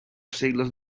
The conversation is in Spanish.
siglos